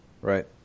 right